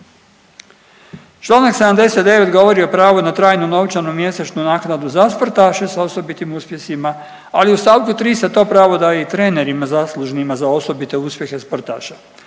Članak 79. govori o pravu na trajnu mjesečnu naknadu za sportaše s osobitim uspjesima, ali u stavku 3. se to pravo daje i trenerima zaslužnima za osobite uspjehe sportaša.